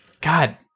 God